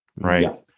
right